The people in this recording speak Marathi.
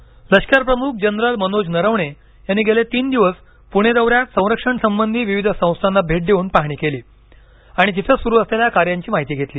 नरवणे पणे दौरा लष्करप्रमुख जनरल मनोज नरवणे यांनी गेले तीन दिवस पूणे दौऱ्यात संरक्षणसंबंधी विविध संस्थांना भे देऊन पाहणी केली आणि तिथं सुरु असलेल्या कार्यांची माहिती घेतली